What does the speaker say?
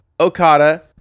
Okada